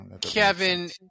Kevin